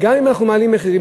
גם אם אנחנו מעלים מחירים,